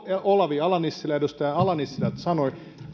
olavi ala nissilä sanoi